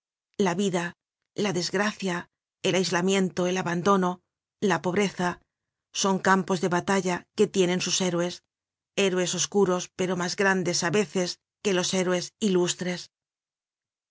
la vida la desgracia el aislamiento el abandono la pobreza son campos de batalla que tienen sus héroes héroes oscuros pero mas grandes á veces que los héroes ilustres